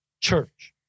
church